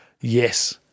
Yes